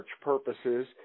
purposes